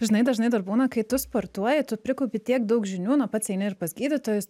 žinai dažnai dar būna kai tu sportuoji tu prikaupi tiek daug žinių na pats eini ir pas gydytojus